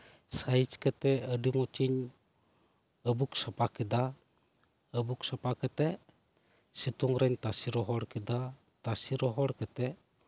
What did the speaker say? ᱥᱟᱹᱭᱤᱡ ᱠᱟᱛᱮᱫ ᱟᱹᱰᱤ ᱢᱚᱸᱡᱽ ᱤᱧ ᱟᱹᱵᱩᱠ ᱥᱟᱯᱷᱟ ᱠᱮᱫᱟ ᱟᱹᱵᱩᱠ ᱥᱟᱯᱷᱟ ᱠᱟᱛᱮᱫ ᱥᱤᱛᱩᱝ ᱨᱤᱧ ᱛᱟᱥᱮ ᱨᱚᱦᱚᱲ ᱠᱮᱫᱟ ᱛᱟᱥᱮ ᱨᱚᱦᱚᱲ ᱠᱟᱛᱮᱫ